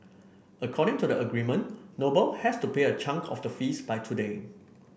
according to the agreement Noble has to pay a chunk of the fees by today